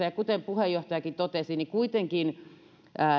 ja kuten puheenjohtajakin totesi niin kuitenkin